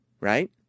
Right